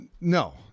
No